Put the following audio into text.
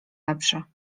lepsze